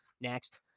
Next